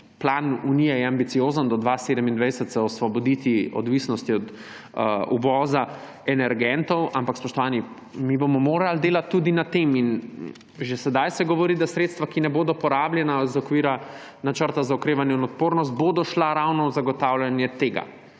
Plan Unije je ambiciozen, do leta 2027 se osvoboditi odvisnosti od uvoza energentov, ampak, spoštovani, mi bomo morali delati tudi na tem. In že zdaj se govori, da sredstva, ki ne bodo porabljena iz okvira Načrta za okrevanje in odpornost, bodo šla ravno za zagotavljanje tega.